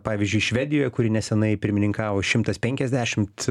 pavyzdžiui švedijoje kuri nesenai pirmininkavo šimtas penkiasdešimt